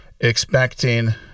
expecting